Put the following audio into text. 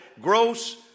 gross